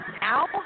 now